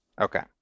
Okay